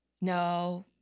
No